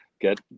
get